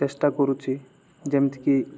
ଚେଷ୍ଟା କରୁଛି ଯେମିତିକି